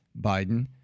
Biden